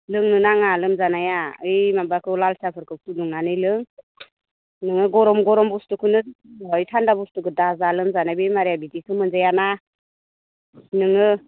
लोंनो नाङा लोमजानाया ओइ माबाखौ लाल साहाफोरखौ फुदुंनानै लों नोङो गरम गरम बस्थुखौनो बाहाय थान्दा बस्थुखौ दाजा लोमजानाय बेमारिया बिदिखो मोनजाया ना नोङो